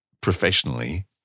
professionally